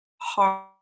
hard